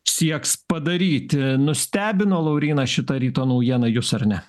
sieks padaryti nustebino lauryna šita ryto naujiena jus ar ne